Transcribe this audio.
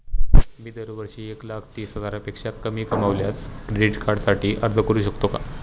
मी दरवर्षी एक लाख तीस हजारापेक्षा कमी कमावल्यास क्रेडिट कार्डसाठी अर्ज करू शकतो का?